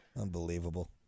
unbelievable